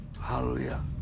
Hallelujah